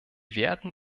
werden